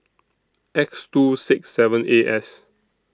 X two six seven A S